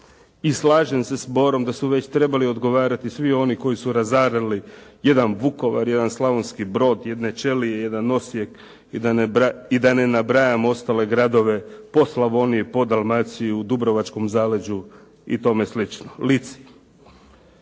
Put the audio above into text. i slažem se s Borom da su već trebali odgovarati svi oni koji su razarali jedan Vukovar, jedan Slavonski Brod, jedne Čelije, jedan Osijek i da ne nabrajam ostale gradove po Slavoniji, po Dalmaciji, u dubrovačkom zaleđu i tome slično, Lici.